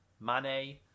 Mane